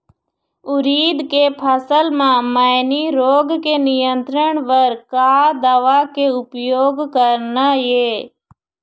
उरीद के फसल म मैनी रोग के नियंत्रण बर का दवा के उपयोग करना ये?